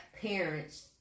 parents